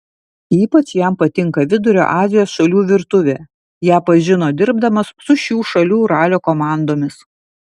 ypač jam patinka vidurio azijos šalių virtuvė ją pažino dirbdamas su šių šalių ralio komandomis